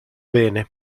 bene